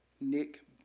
Nick